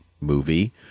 movie